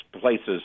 places